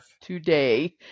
today